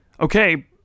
okay